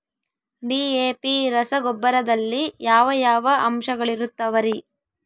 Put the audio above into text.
DAP ರಸಗೊಬ್ಬರದಲ್ಲಿ ಯಾವ ಯಾವ ಅಂಶಗಳಿರುತ್ತವರಿ?